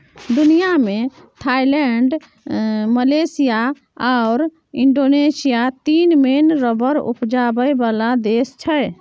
दुनियाँ मे Thailand, Malaysia आओर इंडोनेशिया तीन मेन रबर उपजाबै बला देश छै